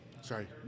Sorry